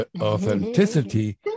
Authenticity